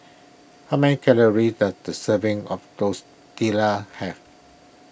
how many calories does a serving of Tortillas have